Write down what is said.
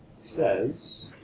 says